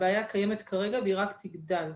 הבעיה קיימת כרגע והיא רק תגדל.